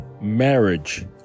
marriage